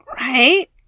Right